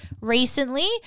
recently